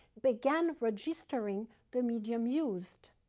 began registering the medium used.